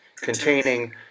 containing